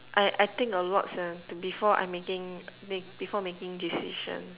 I I think a lot sia before I making make before making decisions